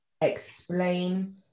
explain